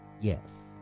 Yes